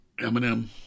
Eminem